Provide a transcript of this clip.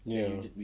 ya